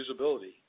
usability